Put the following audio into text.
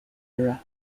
era